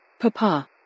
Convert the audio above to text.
Papa